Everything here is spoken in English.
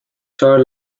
short